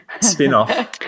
spin-off